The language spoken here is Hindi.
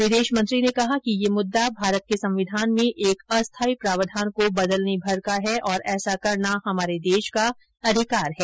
विदेश मंत्री ने कहा कि यह मुद्दा भारत के संविधान में एक अस्थाई प्रावधान को बदलने भर का है और ऐसा करना हमारे देश का अधिकार है